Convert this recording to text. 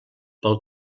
pel